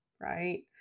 right